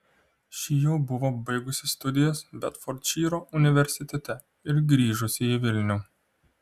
ši jau buvo baigusi studijas bedfordšyro universitete ir grįžusi į vilnių